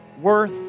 worth